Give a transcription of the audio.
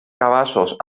cabassos